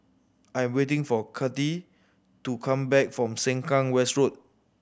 I am waiting for Kathi to come back from Sengkang West Road